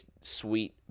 sweet